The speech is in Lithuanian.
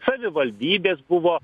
savivaldybės buvo